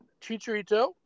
Chicharito